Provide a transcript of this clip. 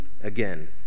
again